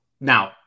now